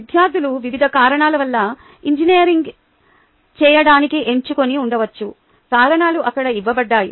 విద్యార్థులు వివిధ కారణాల వల్ల ఇంజనీరింగ్ చేయడానికి ఎంచుకొని ఉండవచ్చు కారణాలు అక్కడ ఇవ్వబడ్డాయి